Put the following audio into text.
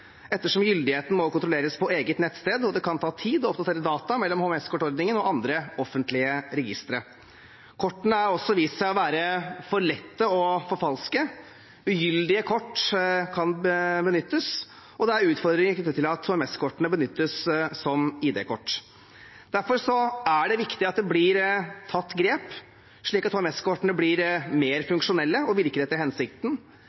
ettersom gyldigheten må kontrolleres på eget nettsted og det kan ta tid å oppdatere data mellom HMS-kortordningen og andre offentlige registre. Kortene har også vist seg å være for lett å forfalske, ugyldige kort kan benyttes, og det er utfordringer knyttet til at HMS-kortene benyttes som ID-kort. Derfor er det viktig at det blir tatt grep, slik at HMS-kortene blir mer